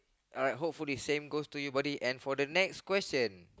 uh hopefully same goes to you buddy and for the next question